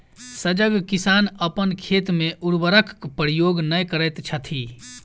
सजग किसान अपन खेत मे उर्वरकक प्रयोग नै करैत छथि